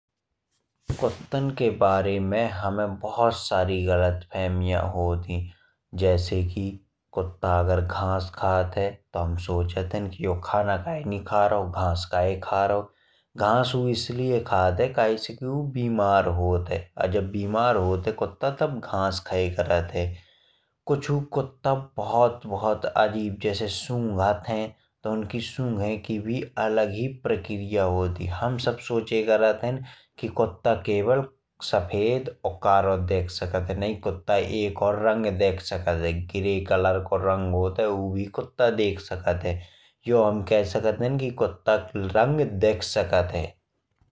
कुत्तन के बारे में हमे बहुत गलत फहमिया होत ही। जैसे कि कुत्ता अगर घास खात है तो हम सोचत है। कि यो खाना काहे नहीं खा रहलो घास के खा रहलो है। घास बो इसलिए खात है काहे स किबो बो बिमार होत है। बिमार होत है कुत्ता तब घास खाये करत है। अगर कुत्ता सूंघत है तो उनकी सुघने की भी अलग प्रक्रिया होत ही। हम सब सोचे करत है कि कुत्ता सिर्फ सफेद और कालो देख सकत हैं। नी कुत्ता एक और रंग देख सकत है ग्रे रंग को रंग होत है उ भी देख सकत है। जो हम कह सकत है कि कुत्ता रंग देख सकत है।